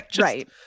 Right